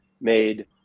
made